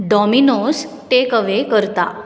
Domino's take away करता